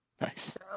Nice